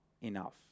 enough